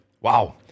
Wow